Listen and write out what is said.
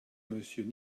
monsieur